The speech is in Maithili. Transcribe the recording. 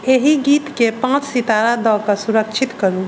एहि गीतके पांँच सितारा दऽ कऽ सुरक्षित करु